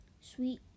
sweet